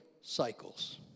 cycles